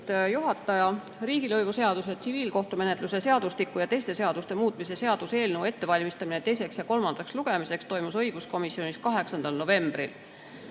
juhataja! Riigilõivuseaduse, tsiviilkohtumenetluse seadustiku ja teiste seaduste muutmise seaduse eelnõu ettevalmistamine teiseks ja kolmandaks lugemiseks toimus õiguskomisjonis 8. novembril.